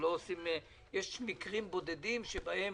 יש מקרים בודדים שבהם